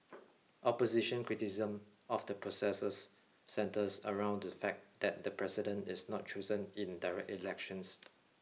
opposition criticism of the processes centres around the fact that the president is not chosen in direct elections